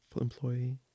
employee